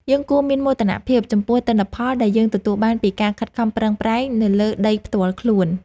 យើងគួរមានមោទនភាពចំពោះទិន្នផលដែលយើងទទួលបានពីការខិតខំប្រឹងប្រែងនៅលើដីផ្ទាល់ខ្លួន។